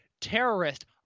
terrorist